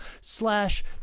slash